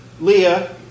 Leah